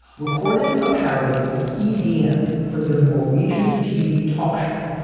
recorded a parody of idm for their norwegian tv talk show.